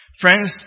Friends